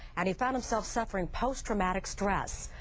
and he found himself suffering post traumatic stress.